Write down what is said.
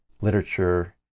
literature